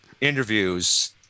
interviews